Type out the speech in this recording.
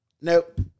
nope